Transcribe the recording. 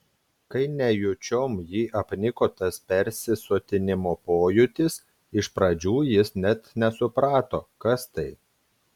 kai nejučiom jį apniko tas persisotinimo pojūtis iš pradžių jis net nesuprato kas tai